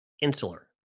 insular